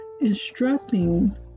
instructing